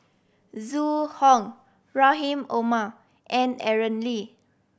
Zhu Hong Rahim Omar and Aaron Lee